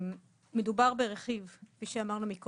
בסעיף 71א בכותרת השוליים,